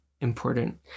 important